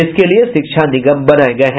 इसके लिये शिक्षा निगम बनाये गये हैं